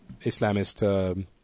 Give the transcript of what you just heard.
Islamist